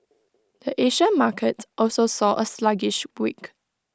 the Asia market also saw A sluggish week